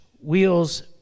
Wheels